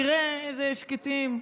תראה איזה שקטים.